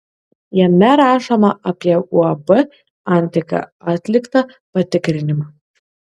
jame rašoma apie uab antika atliktą patikrinimą